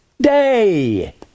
day